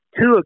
two